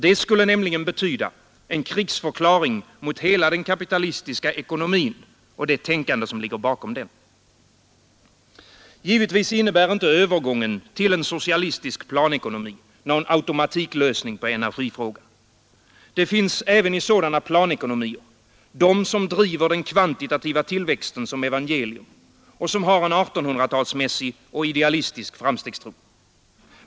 Det skulle nämligen betyda en krigsförklaring mot hela den kapitalistiska ekonomin och det tänkande som ligger bakom den. Givetvis innebär inte övergången till en socialistisk planekonomi någon automatiklösning på energifrågan. Det finns även i sådana planekonomier de som driver den kvantitativa tillväxten som evangelium och som har en 1800-talsmässig och idealistisk framstegstro.